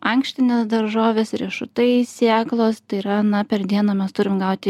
ankštinės daržovės riešutai sėklos tai yra na per dieną mes turim gauti